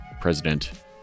president